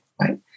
right